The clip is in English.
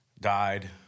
died